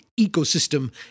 ecosystem